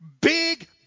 big